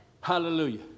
Hallelujah